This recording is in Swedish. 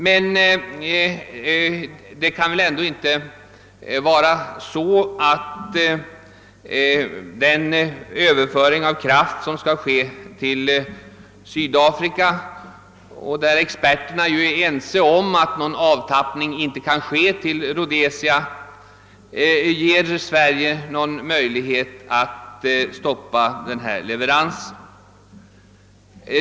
Men det kan väl ändå inte vara så att det faktum att överföring av kraft skall äga rum till Sydafrika — experterna är ju ense om att någon avtappning till Rhodesia inte kan ske — ger Sverige någon möjlighet att stoppa denna leverans.